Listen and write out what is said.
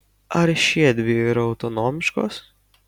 ar šiedvi yra autonomiškos